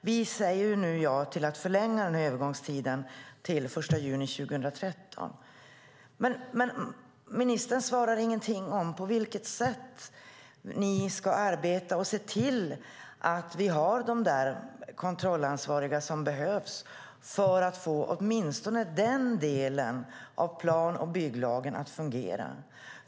Vi säger nu ja till att förlänga den här övergångstiden till den 1 juni 2013. Men ministern säger ingenting om på vilket sätt man ska arbeta och se till att vi har de kontrollansvariga som behövs för att få åtminstone den delen av plan och bygglagen att fungera.